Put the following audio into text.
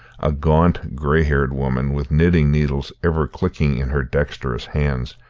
a gaunt, grey-haired woman with knitting-needles ever clicking in her dexterous hands,